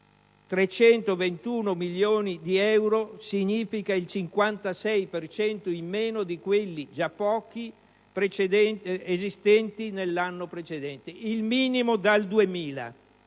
321 milioni di euro significa il 56 per cento in meno di quelli - già pochi - esistenti nell'anno precedente, il minimo dal 2000.